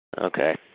Okay